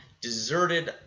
deserted